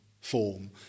form